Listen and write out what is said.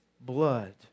blood